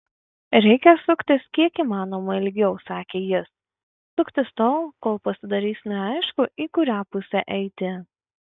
reikia suktis kiek įmanoma ilgiau sakė jis suktis tol kol pasidarys neaišku į kurią pusę eiti